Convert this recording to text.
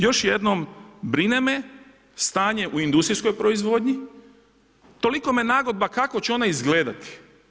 Još jednom, brine me stanje u industrijskoj proizvodnji, toliko me nagodba, kako će ona izgledati.